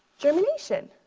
germination.